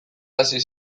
hasi